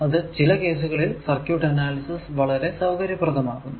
അത് ചില കേസുകളിൽ സർക്യൂട് അനാലിസിസ് വളരെ സൌകര്യപ്രദമാക്കുന്നു